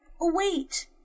wait